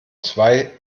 zwei